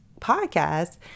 podcast